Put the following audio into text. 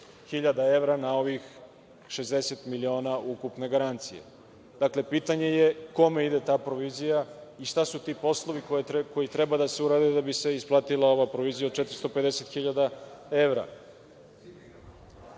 450.000 evra, na ovih 60 miliona ukupne garancije. Dakle, pitanje je – kome ide ta provizija i šta su ti poslovi koji treba da se urade da bi se isplatila ova provizija od 450.000 evra? Ono